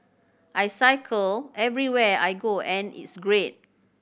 I cycle everywhere I go and it's great